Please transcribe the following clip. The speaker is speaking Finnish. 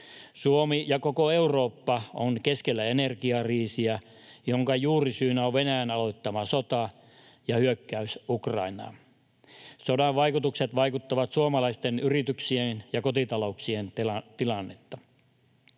Suomi ja koko Eurooppa ovat keskellä energiakriisiä, jonka juurisyynä on Venäjän aloittama sota ja hyökkäys Ukrainaan. Sodan vaikutukset vaikeuttavat suomalaisten yrityksien ja kotitalouksien tilannetta.